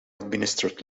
administered